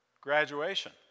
graduation